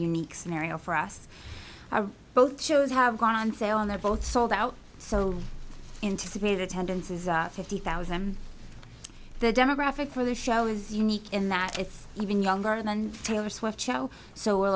unique scenario for us are both shows have gone on sale on the boat sold out so intimate attendance is fifty thousand the demographic for the show is unique in that it's even younger than taylor swift show so we're